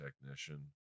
technician